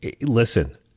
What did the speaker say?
listen